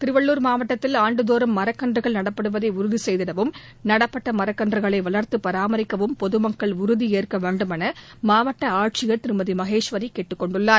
திருவள்ளூர் மாவட்டத்தில் ஆண்டுதோறும் மரக்கன்றுகள் நடப்படுவதை உறுதி செய்திடவும் நடப்பட்ட மரக்கன்றுகனை வளர்த்து பராமரிக்கவும் பொதுமக்கள் உறுதி ஏற்க வேண்டும் என மாவட்ட ஆட்சியர் திருமதி மகேஸ்வரி கேட்டுக் கொண்டுள்ளார்